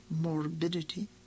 morbidity